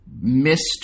missed